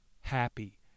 Happy